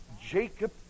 Jacob